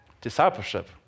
Discipleship